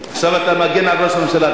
עכשיו, אתה מגן על ראש הממשלה.